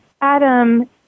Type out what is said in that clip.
Adam